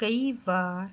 ਕਈ ਵਾਰ